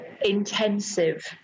intensive